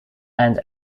and